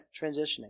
transitioning